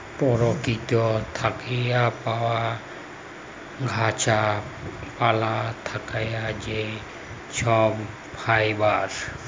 পরকিতি থ্যাকে পাউয়া গাহাচ পালা থ্যাকে যে ছব ফাইবার